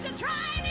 and try